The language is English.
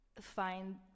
find